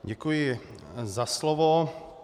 Děkuji za slovo.